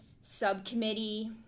subcommittee